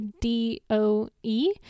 D-O-E